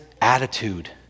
attitude